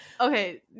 Okay